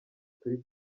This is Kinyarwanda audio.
turi